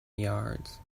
yards